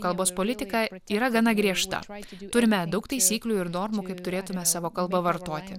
kalbos politika yra gana griežta turime daug taisyklių ir normų kaip turėtume savo kalbą vartoti